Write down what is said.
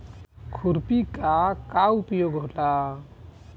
खुरपी का का उपयोग होला?